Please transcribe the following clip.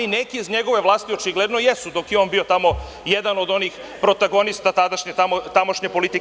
Neki iz njegove vlasti očigledno jesu dok je on bio tamo jedan od onih protagonista tadašnje tamošnje politike.